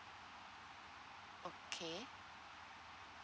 okay